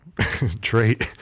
trait